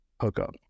hookup